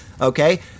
Okay